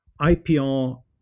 IPR